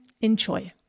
enjoy